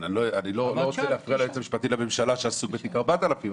אני לא רוצה להפריע ליועץ המשפטי לממשלה שעסוק בתיק 4000,